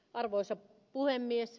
arvoisa puhemies